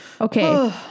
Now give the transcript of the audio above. Okay